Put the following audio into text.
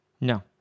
No